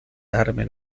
darme